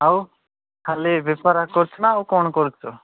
ଆଉ ଖାଲି ବେପାର ହାଟ କରୁଛୁ ନା ଆଉ କ'ଣ କରୁଛୁ